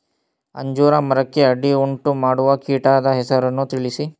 ಅಂಜೂರ ಮರಕ್ಕೆ ಅಡ್ಡಿಯುಂಟುಮಾಡುವ ಕೀಟದ ಹೆಸರನ್ನು ತಿಳಿಸಿ?